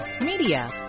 media